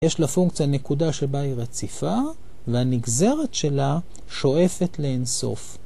יש לפונקציה נקודה שבה היא רציפה והנגזרת שלה שואפת לאינסוף.